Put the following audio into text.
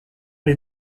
les